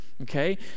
Okay